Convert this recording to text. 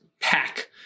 pack